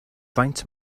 faint